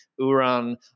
Uran